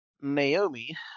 Naomi